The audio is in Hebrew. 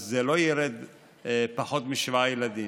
אז זה לא ירד לפחות משבעה ילדים,